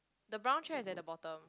the brown chair is at the bottom